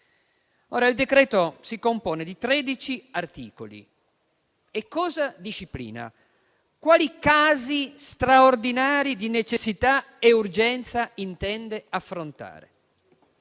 Il provvedimento si compone di tredici articoli. Che cosa disciplina? Quali casi straordinari di necessità e urgenza intende affrontare?